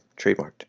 trademarked